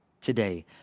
today